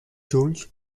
jones